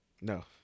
No